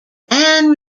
fan